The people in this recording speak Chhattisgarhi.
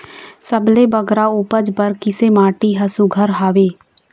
सबले बगरा उपज बर किसे माटी हर सुघ्घर हवे?